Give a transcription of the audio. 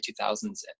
2000s